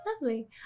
Lovely